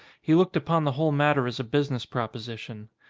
he looked upon the whole matter as a business proposition.